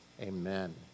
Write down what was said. amen